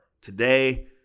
Today